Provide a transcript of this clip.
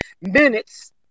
minutes